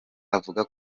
avuga